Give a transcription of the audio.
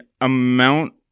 amount